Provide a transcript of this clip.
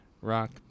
Rock